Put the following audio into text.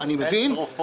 אתה צודק, --- תרופות.